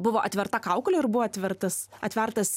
buvo atverta kaukolė ir buvo atvertas atvertas